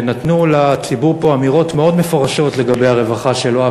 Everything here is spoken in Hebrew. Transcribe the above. שנתנו לציבור פה אמירות מאוד מפורשות לגבי הרווחה שלו,